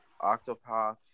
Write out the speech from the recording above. Octopath